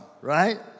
right